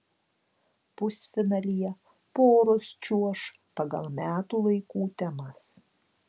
pusfinalyje poros čiuoš pagal metų laikų temas